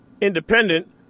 independent